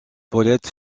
paulette